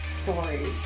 stories